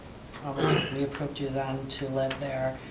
we approved you then to live there.